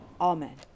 amen